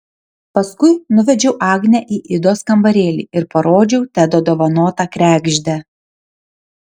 paskui nuvedžiau agnę į idos kambarėlį ir parodžiau tedo dovanotą kregždę